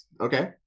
okay